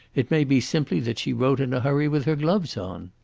it may be simply that she wrote in a hurry with her gloves on.